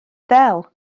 ddel